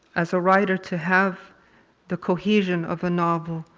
as a writer to have the cohesion of a novel